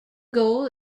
goal